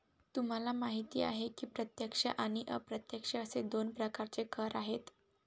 तुम्हाला माहिती आहे की प्रत्यक्ष आणि अप्रत्यक्ष असे दोन प्रकारचे कर आहेत